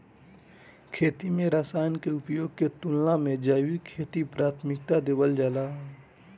खेती में रसायनों के उपयोग के तुलना में जैविक खेती के प्राथमिकता देवल जाला